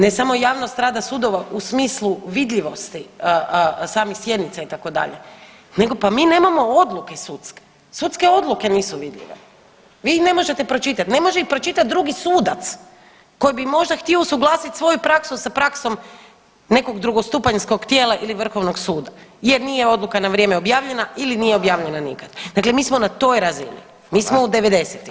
Ne samo javnost rada sudova u smislu vidljivosti samih sjednica itd. nego pa mi nemamo odluke sudske, sudske odluke nisu vidljive, vi ih ne možete pročitat, ne može ih pročitat drugi sudac koji bi možda htio usuglasit svoju praksu sa praksom nekog drugostupanjskog tijela ili vrhovnog suda jer nije odluka na vrijeme objavljena ili nije objavljena nikad, dakle mi smo na toj razini, mi smo u '90.